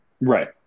right